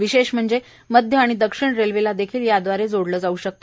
विशेष म्हणजे मध्य आणि दक्षीण रेल्वेला देखील याव्दारे जोडल्या जाऊ शकते